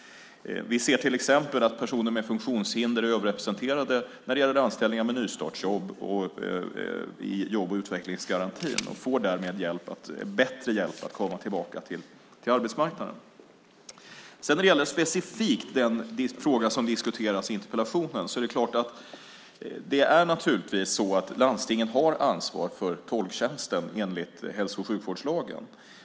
Vi ser till exempel att personer med funktionshinder är överrepresenterade när det gäller anställningar med nystartsjobb och i jobb och utvecklingsgarantin. De får därmed bättre hjälp att komma tillbaka till arbetsmarknaden. När det specifikt gäller den fråga som diskuteras i interpellationen har landstingen naturligtvis ansvar för tolktjänsten enligt hälso och sjukvårdslagen.